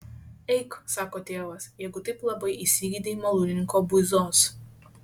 eik sako tėvas jeigu taip labai įsigeidei malūnininko buizos